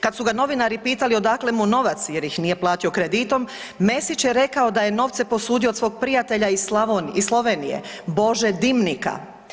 Kad su ga novinari pitali odakle mu novac jer ih nije platio kreditom, Mesić je rekao da je novce posudio od svog prijatelja iz Slovenije Bože Dimnika.